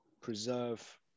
preserve